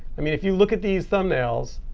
i mean if you look at these thumbnails,